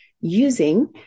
using